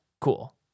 cool